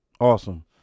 Awesome